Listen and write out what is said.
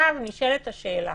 נשאלת השאלה